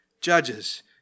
judges